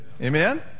amen